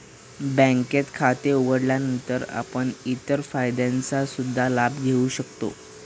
बँकेत खाते उघडल्यानंतर आपण इतर फायद्यांचा सुद्धा लाभ घेऊ शकता